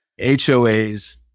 HOAs